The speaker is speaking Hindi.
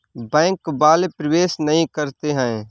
बैंक वाले प्रवेश नहीं करते हैं?